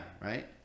right